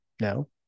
no